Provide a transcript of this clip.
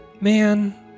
Man